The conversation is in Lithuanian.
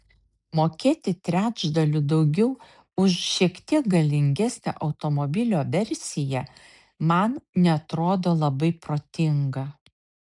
mokėti trečdaliu daugiau už šiek tiek galingesnę automobilio versiją man neatrodo labai protinga